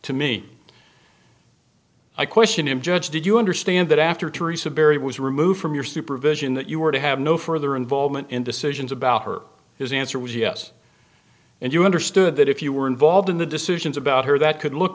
to me i question him judge did you understand that after theresa berry was removed from your supervision that you were to have no further involvement in decisions about her is the answer was yes and you understood that if you were involved in the decisions about her that could look